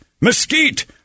mesquite